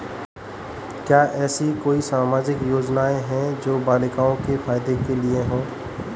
क्या ऐसी कोई सामाजिक योजनाएँ हैं जो बालिकाओं के फ़ायदे के लिए हों?